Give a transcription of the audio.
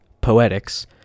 Poetics